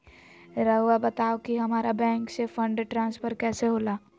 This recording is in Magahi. राउआ बताओ कि हामारा बैंक से फंड ट्रांसफर कैसे होला?